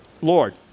Lord